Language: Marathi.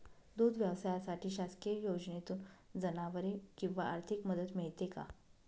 दूध व्यवसायासाठी शासकीय योजनेतून जनावरे किंवा आर्थिक मदत मिळते का?